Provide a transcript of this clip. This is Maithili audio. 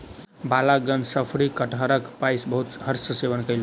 बालकगण शफरी कटहरक पायस बहुत हर्ष सॅ सेवन कयलक